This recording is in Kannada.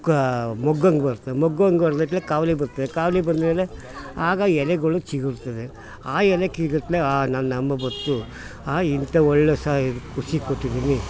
ಕಾ ಮೊಗ್ಗೊಂಗೆ ಬರ್ತದೆ ಮೊಗ್ಗೊಂಗೆ ಕಾವಲಿ ಬರ್ತದೆ ಕಾವಲಿ ಬಂದಮೇಲೆ ಆಗ ಎಲೆಗಳು ಚಿಗುರ್ತದೆ ಆ ಎಲೆ ನನ್ನ ಅಂಬು ಬತ್ತು ಆ ಇಂಥ ಒಳ್ಳೆಯ ಖುಷಿ ಕೊಟ್ಟಿದೀನಿ